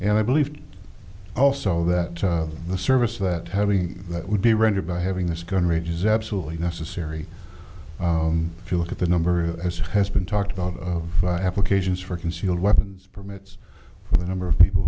and i believe also that the service that having that would be rendered by having this gun range is absolutely necessary if you look at the number as has been talked about of applications for concealed weapons permits for the number of people